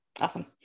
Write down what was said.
awesome